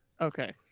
Okay